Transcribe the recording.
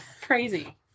crazy